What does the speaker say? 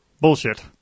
Bullshit